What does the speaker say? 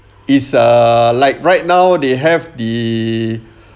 is err like right now they have the